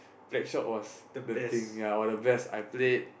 blackshot was the thing ya one of the best I played